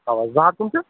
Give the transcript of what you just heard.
اَوا زٕ ہَتھ کٕم چھِ